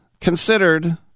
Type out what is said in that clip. Considered